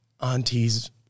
aunties